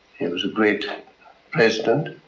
he was a great president